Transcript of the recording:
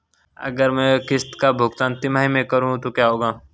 अगर मैं किश्त का भुगतान तिमाही में करूं तो क्या होगा?